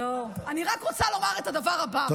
אני רק רוצה לומר את הדבר הבא.